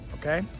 okay